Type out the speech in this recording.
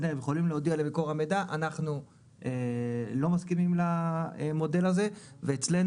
הם יכולים להודיע למקור המידע שהם לא מסכימים למודל הזה ואצלם,